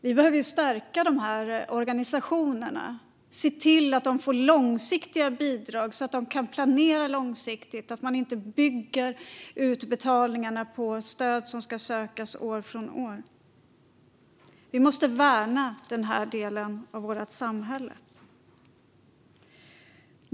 Vi behöver stärka dessa organisationer och se till att de får långsiktiga bidrag så att de kan planera långsiktigt. Vi ska inte bygga utbetalningarna på stöd som ska sökas år från år. Vi måste värna den här delen av vårt samhälle.